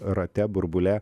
rate burbule